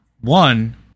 One